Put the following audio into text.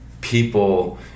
people